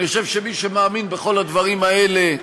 אני חושב שמי שמאמין בכל הדברים האלה,